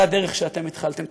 אותה דרך שאתם התחלתם.